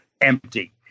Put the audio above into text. empty